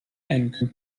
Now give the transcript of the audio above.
and